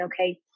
okay